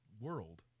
world